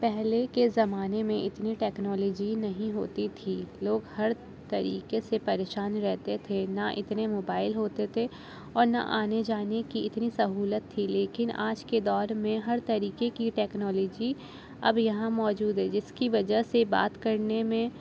پہلے کے زمانے میں اتنی ٹیکنالوجی نہیں ہوتی تھی لوگ ہر طریقے سے پریشان رہتے تھے نہ اتنے موبائل ہوتے تھے اور نہ آنے جانے کی اتنی سہولت تھی لیکن آج کے دور میں ہر طریقے کی ٹیکنالوجی اب یہاں موجود ہے جس کی وجہ سے بات کرنے میں